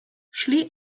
szli